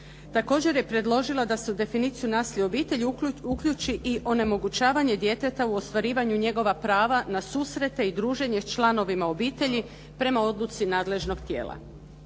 Također je predložila da se u definiciju nasilja u obitelji uključi i onemogućavanje djeteta u ostvarivanju njegova prava na susreta i druženja s članovima obitelji prema odluci nadležnog tijela.